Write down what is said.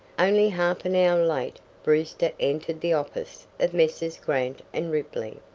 only half an hour late, brewster entered the office of messrs. grant and ripley,